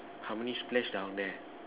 how many splash down there